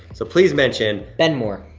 so please mention ben moore.